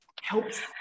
helps